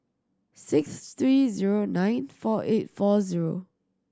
six three zero nine four eight four zero